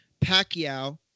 Pacquiao